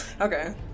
Okay